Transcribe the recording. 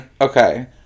okay